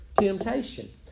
temptation